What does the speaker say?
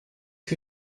que